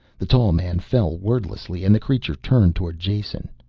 the tall man fell wordlessly and the creature turned towards jason.